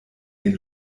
den